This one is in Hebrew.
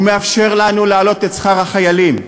הוא מאפשר לנו להעלות את שכר החיילים,